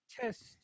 test